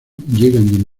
llegan